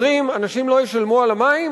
אומרים: אנשים לא ישלמו על המים?